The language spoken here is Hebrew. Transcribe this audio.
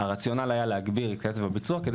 הרציונל היה להגביל את קצב הביצוע כדי